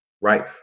right